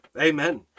Amen